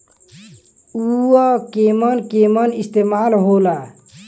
उव केमन केमन इस्तेमाल हो ला?